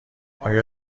آیا